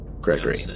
Gregory